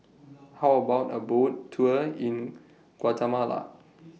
How about A Boat Tour in Guatemala